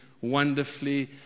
wonderfully